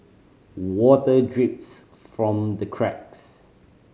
water drips from the cracks